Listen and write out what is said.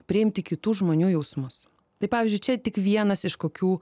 priimti kitų žmonių jausmus tai pavyzdžiui čia tik vienas iš kokių